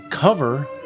Cover